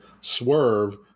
Swerve